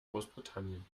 großbritannien